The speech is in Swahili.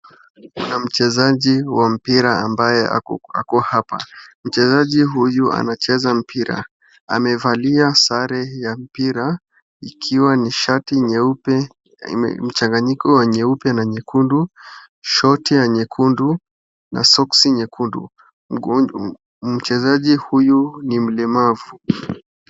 Kuna mchezaji wa mpira ambae ako hapa, mchezaji huyu anacheza mpira amevalia sare ya mpira ikiwa ni shati ya mchanganyiko wa nyeupe na nyekundu, short nyekundu na soksi nyekundu, mchezaji huyu ni mlemavu .